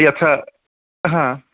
यथा हा